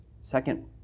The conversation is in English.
second